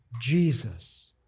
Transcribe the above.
Jesus